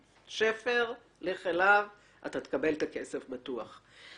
שפר, לך אליו, אתה תקבל את הכסף בטוח.